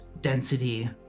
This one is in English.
density